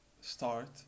start